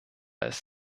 ist